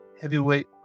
heavyweight